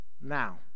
now